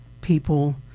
people